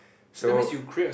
so